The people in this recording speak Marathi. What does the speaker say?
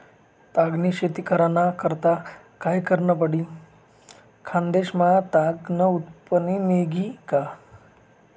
ताग नी शेती कराना करता काय करनं पडी? खान्देश मा ताग नं उत्पन्न निंघी का